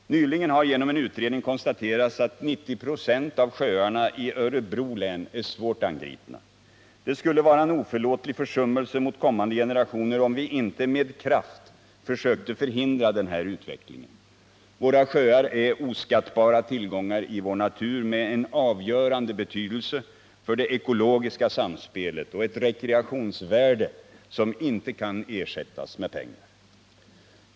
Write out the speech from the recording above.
Nyligen har genom en utredning konstaterats att 90 96 av sjöarna i Örebro län är svårt angripna. Det skulle vara en oförlåtlig försummelse mot kommande generationer om vi inte med kraft försökte förhindra den här utvecklingen. Våra sjöar är oskattbara tillgångar i vår natur med en avgörande betydelse för det ekologiska samspelet och ett rekreationsvärde som inte kan ersättas med pengar.